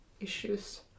issues